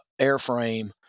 airframe